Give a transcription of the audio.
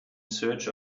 search